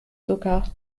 sogar